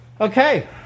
Okay